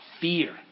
fear